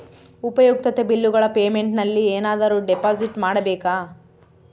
ಉಪಯುಕ್ತತೆ ಬಿಲ್ಲುಗಳ ಪೇಮೆಂಟ್ ನಲ್ಲಿ ಏನಾದರೂ ಡಿಪಾಸಿಟ್ ಮಾಡಬೇಕಾ?